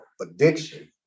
addiction